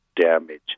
damage